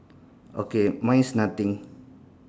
okay mine is nothing